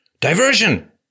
Diversion